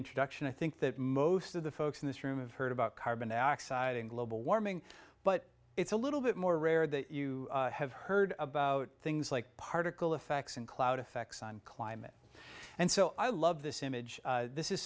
introduction i think that most of the folks in this room have heard about carbon dioxide and global warming but it's a little bit more rare that you have heard about things like particle effects and cloud effects on climate and so i love this image this is